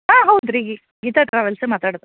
ಹಾಂ ಹೌದು ರೀ ಗೀತಾ ಟ್ರಾವೆಲ್ಸೇ ಮಾತಾಡುದು